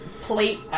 plate